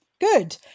good